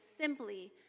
simply